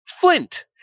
flint